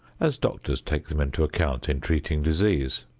as doctors take them into account in treating disease.